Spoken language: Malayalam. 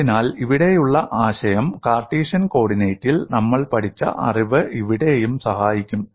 അതിനാൽ ഇവിടെയുള്ള ആശയം കാർട്ടീഷ്യൻ കോർഡിനേറ്റിൽ നമ്മൾ പഠിച്ച അറിവ് ഇവിടെയും സഹായിക്കും